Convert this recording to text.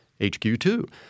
HQ2